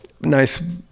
nice